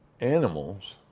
animals